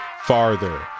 farther